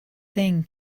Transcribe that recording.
thing